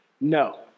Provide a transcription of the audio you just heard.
No